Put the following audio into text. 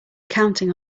counting